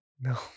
no